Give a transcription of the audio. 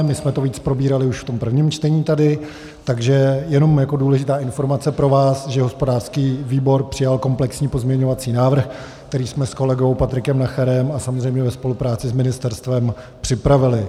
My jsme to víc probírali už v tom prvním čtení tady, takže jenom jako důležitá informace pro vás, že hospodářský výbor přijal komplexní pozměňovací návrh, který jsme s kolegou Patrikem Nacherem a samozřejmě ve spolupráci s ministerstvem připravili.